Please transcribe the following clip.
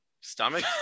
Stomach